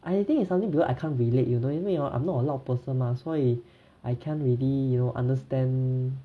I think it's something because I can't relate you know 因为 hor I'm not a loud person mah 所以 I can't really you know understand